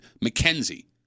Mackenzie